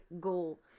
goal